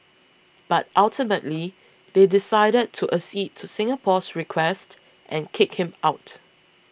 but ultimately they decided to accede to Singapore's request and kick him out